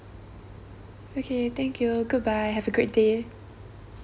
okay thank you goodbye have a great day